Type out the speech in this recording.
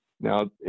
Now